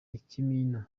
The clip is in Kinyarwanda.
ikimina